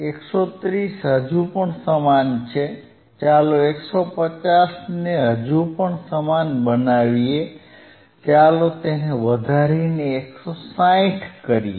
130 હજુ પણ સમાન છે ચાલો 150 ને હજુ પણ સમાન બનાવીએ ચાલો તેને વધારીને 160 કરીએ